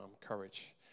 courage